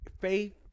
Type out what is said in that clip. Faith